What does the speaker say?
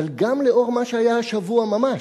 אבל גם לאור מה שהיה השבוע ממש,